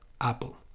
apple